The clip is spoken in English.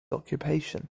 occupation